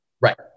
Right